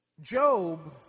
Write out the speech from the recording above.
Job